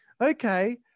okay